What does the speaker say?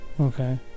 Okay